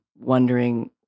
wondering